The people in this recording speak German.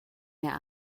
mehr